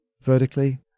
vertically